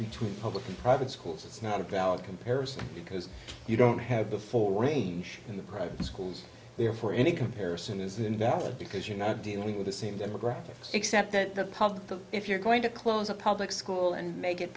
between public and private schools it's not a valid comparison because you don't have before age in the private schools therefore any comparison is invalid because you're not dealing with the same demographics except the public but if you're going to close a public school and make it